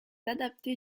adapté